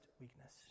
weakness